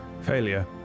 Failure